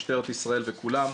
משטרת ישראל וכולם.